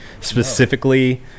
specifically